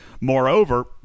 Moreover